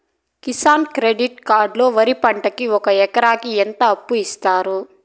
Kisan credit card లో వరి పంటకి ఒక ఎకరాకి ఎంత అప్పు ఇస్తారు?